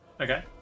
Okay